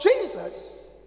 Jesus